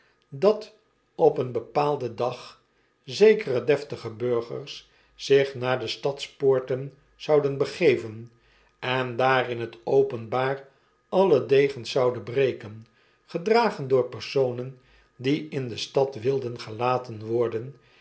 dat op een bepaalden dag zekere deftige burgers zich naar de stadspoorten zouden begeven en daar in het openbaar alle degens zouden breken gedragen doorpersonen die in de stad wilden gelaten worden